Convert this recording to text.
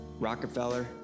Rockefeller